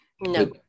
no